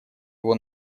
его